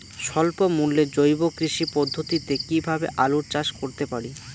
স্বল্প মূল্যে জৈব কৃষি পদ্ধতিতে কীভাবে আলুর চাষ করতে পারি?